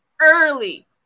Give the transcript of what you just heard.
early